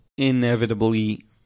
inevitably